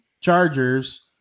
Chargers